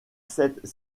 sept